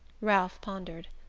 ralph pondered.